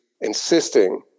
insisting